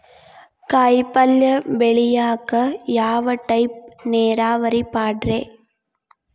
ಕಾಯಿಪಲ್ಯ ಬೆಳಿಯಾಕ ಯಾವ ಟೈಪ್ ನೇರಾವರಿ ಪಾಡ್ರೇ?